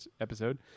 episode